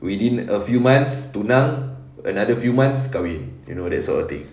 within a few months tunang another few months kahwin you know that sort of thing